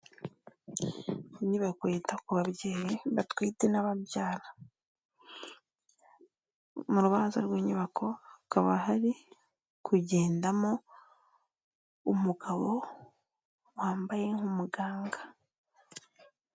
Inyubako yita ku babyeyi batwite n'ababyara, mu rubanza rw'inyubako hakaba hari kugendamo umugabo wambaye nk'umuganga.